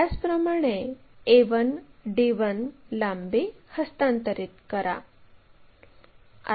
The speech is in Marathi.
त्याचप्रमाणे a1 d1 लांबी हस्तांतरित करा